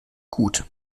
gut